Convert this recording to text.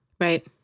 Right